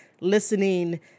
listening